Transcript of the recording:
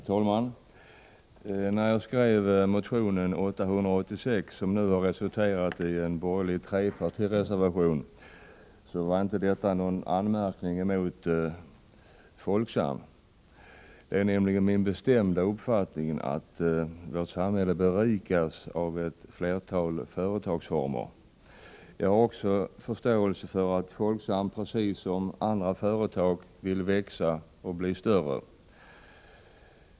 Herr talman! När jag skrev motion 886, som nu har resulterat i en borgerlig trepartireservation, var det inte någon anmärkning mot Folksam. Det är nämligen min bestämda uppfattning att vårt samhälle berikas av ett flertal företagsformer. Jag har också förståelse för att Folksam precis som andra företag vill växa och bli större.